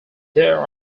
there